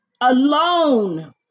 alone